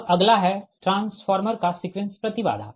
अब अगला है ट्रांसफार्मर का सीक्वेंस प्रति बाधा